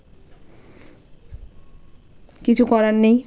কিছু করার নেই